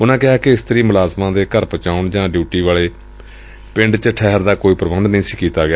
ਉਨਾਂ ਕਿਹਾ ਕਿ ਇਸਤਰੀ ਮੁਲਾਜ਼ਮਾਂ ਦੇ ਘਰ ਪੁਚਾਉਣ ਜਾਂ ਡਿਊਟੀ ਵਾਲੇ ਪਿੰਡ ਚ ਠਹਿਰ ਦਾ ਕੋਈ ਪ੍ਰਬੰਧ ਨਹੀਂ ਕੀਤਾ ਗਿਆ